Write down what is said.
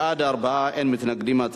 בעד, 4, אין מתנגדים.